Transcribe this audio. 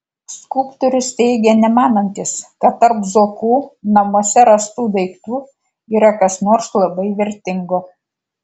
skulptorius teigia nemanantis kad tarp zuokų namuose rastų daiktų yra kas nors labai vertingo